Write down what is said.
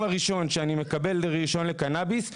הראשון שבו אני מקבל רישיון לקנביס,